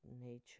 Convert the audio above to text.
nature